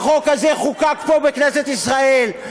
החוק הזה חוקק פה, בכנסת ישראל.